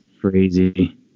Crazy